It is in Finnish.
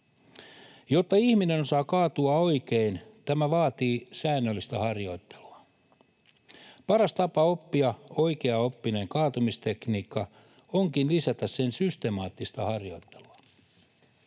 Jotta ihminen osaa kaatua oikein, se vaatii säännöllistä harjoittelua. Paras tapa oppia oikeaoppinen kaatumistekniikka onkin lisätä sen systemaattista harjoittelua.